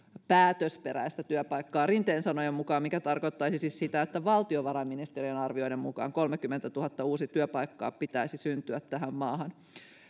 päätösperäistä työpaikkaa rinteen sanojen mukaan mikä tarkoittaisi siis sitä että valtiovarainministeriön arvioiden mukaan kolmekymmentätuhatta uutta työpaikkaa pitäisi syntyä tähän maahan